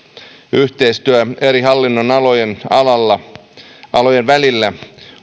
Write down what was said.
yhteistyö eri hallinnonalojen välillä